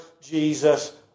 Jesus